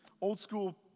old-school